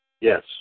Yes